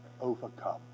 overcome